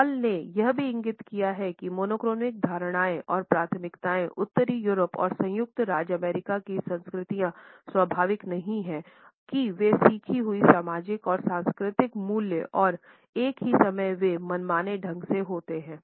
hall ने यह भी इंगित किया है कि मोनोक्रॉनिक धारणाएं और प्राथमिकताएं उत्तरी यूरोप और संयुक्त राज्य अमेरिका की संस्कृतियां स्वाभाविक नहीं हैं कि वे सीखी हुई सामाजिक और सांस्कृतिक मूल्य और एक ही समय में वे मनमाने ढंग से होते हैं